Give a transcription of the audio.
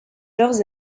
leurs